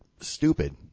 stupid